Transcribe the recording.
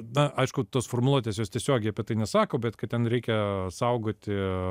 na aišku tos formuluotės jos tiesiogiai apie tai nesako bet kad ten reikia saugoti